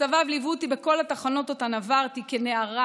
מכתביו ליוו אותי בכל התחנות שאותן עברתי כנערה,